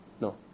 No